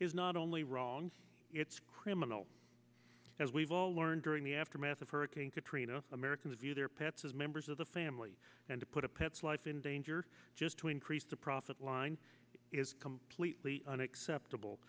is not only wrong it's criminal as we've all learned during the aftermath of hurricane katrina americans view their pets as members of the family and to put a pet's life in danger just to increase the profit line is completely unacceptable